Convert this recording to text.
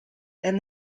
and